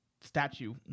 statue